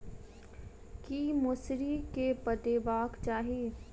की मौसरी केँ पटेबाक चाहि?